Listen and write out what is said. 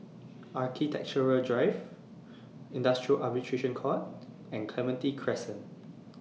Architecture Drive Industrial Arbitration Court and Clementi Crescent